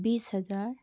बिस हजार